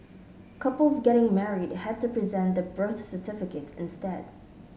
couples getting married had to present their birth certificates instead